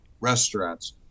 restaurants